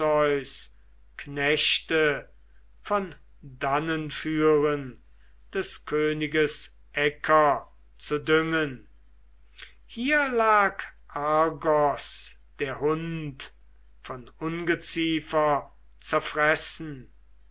knechte von dannen führen des königes äcker zu düngen hier lag argos der hund von ungeziefer zerfressen